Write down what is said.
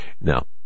Now